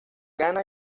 gana